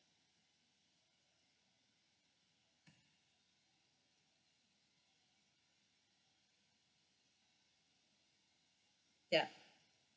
ya